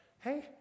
Hey